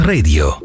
Radio